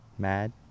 mad